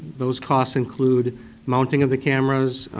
those costs include mounting of the cameras,